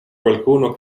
qualcuno